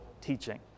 teaching